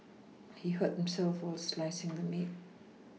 he hurt himself while slicing the meat